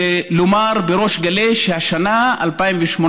ולומר בריש גלי שהשנה, 2018,